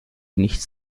nichts